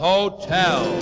Hotel